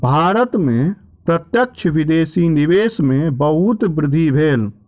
भारत में प्रत्यक्ष विदेशी निवेश में बहुत वृद्धि भेल